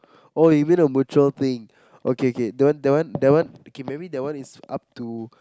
oh you mean a mutual thing okay K that one that one that one okay maybe that one is up to